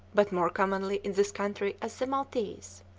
but more commonly in this country as the maltese.